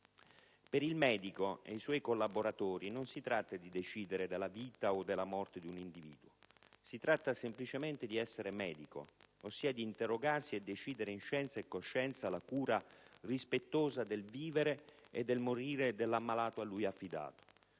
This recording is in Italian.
«Per il medico e i suoi collaboratori non si tratta di decidere della vita o della morte di un individuo. Si tratta semplicemente di essere medico, ossia di interrogarsi e decidere in scienza e coscienza la cura rispettosa del vivere e del morire dell'ammalato a lui affidato.